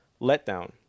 letdown